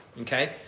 Okay